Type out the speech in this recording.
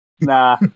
nah